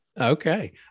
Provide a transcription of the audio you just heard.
Okay